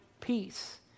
peace